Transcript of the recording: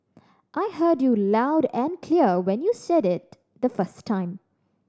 I heard you loud and clear when you said it the first time